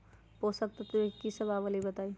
पोषक तत्व म की सब आबलई बताई?